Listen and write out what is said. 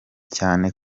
cyane